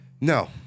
No